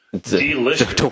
delicious